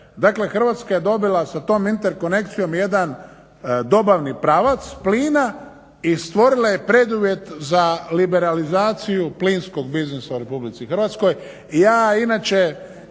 Hrvatska je dobila sa tom interkonekcijom jedan dobavni pravac plina i stvorila je preduvjet za liberalizaciju plinskog biznisa u RH.